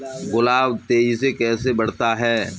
गुलाब तेजी से कैसे बढ़ता है?